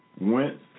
went